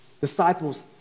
disciples